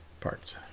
Parts